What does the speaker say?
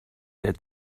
that